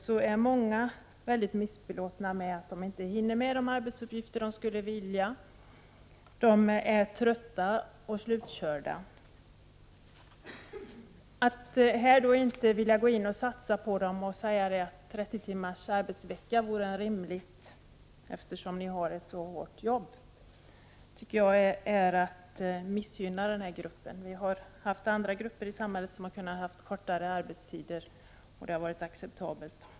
Många är mycket missbelåtna med att de inte hinner med de arbetsuppgifter de skulle vilja ägna sig åt. De är trötta och slutkörda. När man inte vill satsa på personalen och säga att 30 timmars arbetsvecka vore rimligt eftersom personalen har ett så hårt jobb, tycker jag är att missgynna denna grupp. Andra grupper i samhället har kunnat få kortare arbetstider och detta har accepterats.